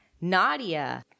Nadia